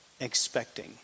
expecting